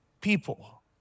people